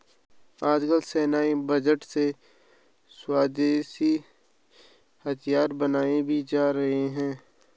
आजकल सैन्य बजट से स्वदेशी हथियार बनाये भी जा रहे हैं